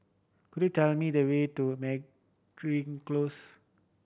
could you tell me the way to Meragi Close